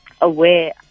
aware